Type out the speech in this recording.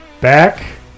back